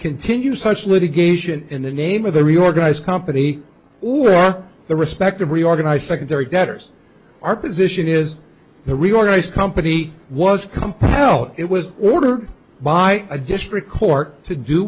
continue such litigation in the name of the reorganized company or the respective reorganised secondary gutters our position is the reorganized company was compelled it was ordered by a district court to do